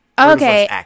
Okay